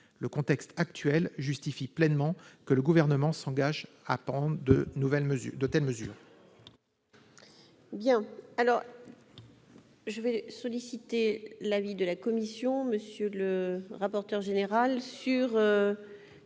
Le contexte actuel justifie pleinement que le Gouvernement s'engage à prendre de telles mesures.